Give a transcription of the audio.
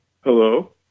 Hello